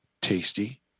tasty